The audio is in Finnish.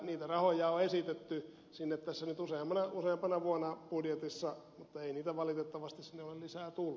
niitä rahoja on esitetty sinne tässä nyt useampana vuonna budjetissa mutta ei niitä valitettavasti sinne ole lisää tullut